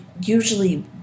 usually